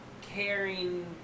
caring